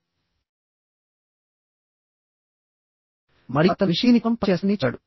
మరియు అతను మనిషి దీని కోసం పని చేస్తాడని చెబుతాడు